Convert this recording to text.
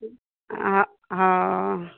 हँ ओ